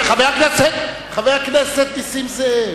חבר הכנסת נסים זאב.